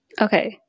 Okay